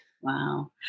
Wow